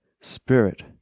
spirit